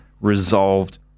resolved